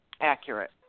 accurate